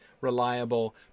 reliable